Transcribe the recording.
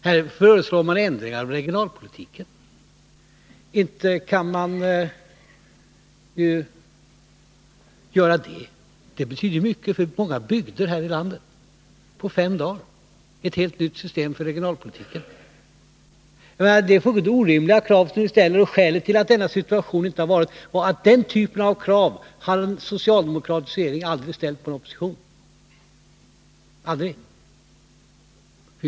Här föreslås ändringar av regionalpolitiken. Detta betyder mycket för många bygder här i landet. Inte kan man på fem dagar ta ställning till ett helt nytt system för regionalpolitiken. Det är orimliga krav som ni ställer. Denna situation har inte förekommit tidigare. Den här typen av krav har en socialdemokratisk regering aldrig ställt på en opposition.